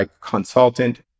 consultant